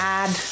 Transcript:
add